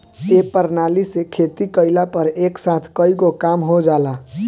ए प्रणाली से खेती कइला पर एक साथ कईगो काम हो जाला